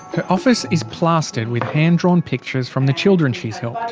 her office is plastered with hand-drawn pictures from the children she's helped.